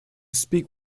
speak